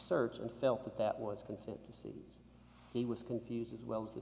search and felt that was consent to seize he was confused as well as the